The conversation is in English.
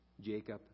Jacob